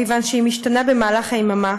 כיוון שהוא משתנה במהלך היממה,